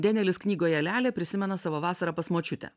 denielis knygoje lelė prisimena savo vasarą pas močiutę